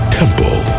temple